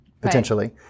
potentially